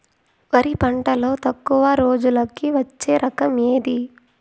వరి పంటలో తక్కువ రోజులకి వచ్చే రకం ఏది?